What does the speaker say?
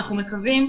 ואנחנו מקווים,